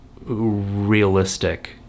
realistic